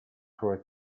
for